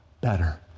better